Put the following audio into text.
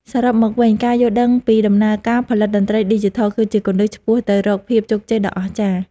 សរុបមកវិញការយល់ដឹងពីដំណើរការផលិតតន្ត្រីឌីជីថលគឺជាគន្លឹះឆ្ពោះទៅរកភាពជោគជ័យដ៏អស្ចារ្យ។